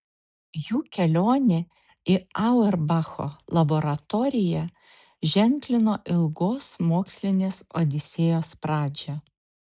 jų kelionė į auerbacho laboratoriją ženklino ilgos mokslinės odisėjos pradžią